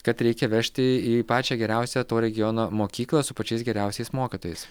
kad reikia vežti į pačią geriausią to regiono mokyklą su pačiais geriausiais mokytojais